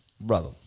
brother